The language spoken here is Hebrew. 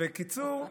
כל הכבוד.